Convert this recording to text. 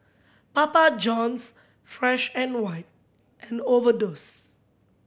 Papa Johns Fresh and White and Overdose